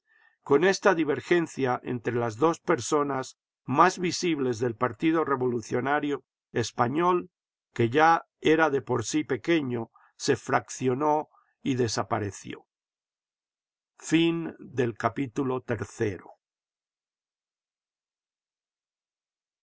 con esta divergencia entre las dos personas más visibles del partido revolucionario español que ya era de por sí pequeño se fraccionó y desapareció